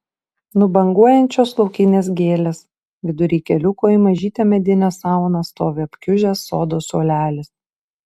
nubanguojančios laukinės gėlės vidury keliuko į mažytę medinę sauną stovi apkiužęs sodo suolelis